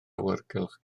awyrgylch